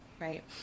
right